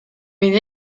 мен